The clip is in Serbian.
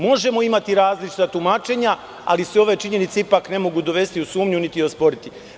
Možemo imati različita tumačenja, ali se ove činjenice ne mogu dovesti u sumnju, niti osporiti.